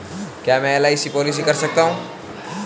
क्या मैं LIC policy कर सकता हूं?